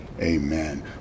Amen